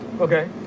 Okay